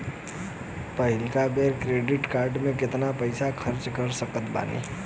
पहिलका बेर credit card से केतना पईसा खर्चा कर सकत बानी?